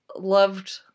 loved